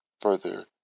further